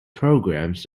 programs